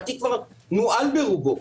והתיק כבר נוהל ברובו,